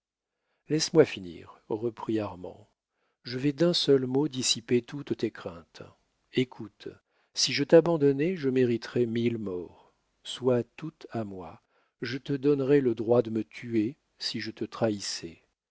laisse-moi finir reprit armand je vais d'un seul mot dissiper toutes tes craintes écoute si je t'abandonnais je mériterais mille morts sois toute à moi je te donnerai le droit de me tuer si je te trahissais